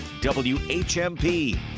WHMP